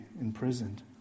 imprisoned